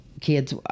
kids